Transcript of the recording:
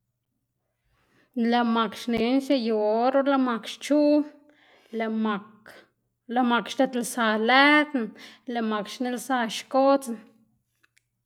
Lëꞌ mak xnenáxe yu or or lëꞌ mak xchuꞌ lëꞌ mak lëꞌ mak xdedlsa lëdna, lëꞌ mak xnilsa xkodzna.